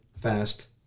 fast